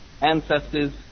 ancestors